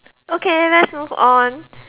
okay let's move on